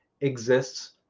exists